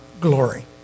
glory